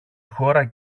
χώρα